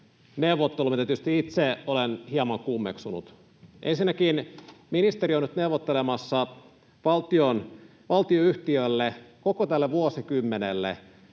neuvotteluita tietysti itse olen hieman kummeksunut. Ensinnäkin ministeriö on nyt neuvottelemassa valtionyhtiölle koko tälle vuosikymmenelle